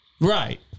Right